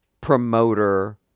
promoter